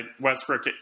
Westbrook